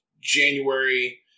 January